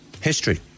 History